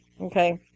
okay